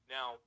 Now